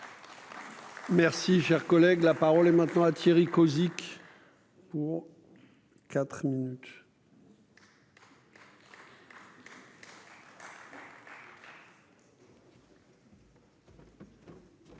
Merci, cher collègue, la parole est maintenant à Thierry Cozic pour 4 minutes.